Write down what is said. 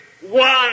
one